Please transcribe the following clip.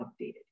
updated